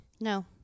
No